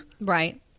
Right